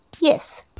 Yes